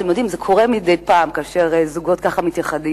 אתם יודעים, זה קורה מדי פעם כאשר זוגות מתייחדים.